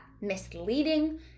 misleading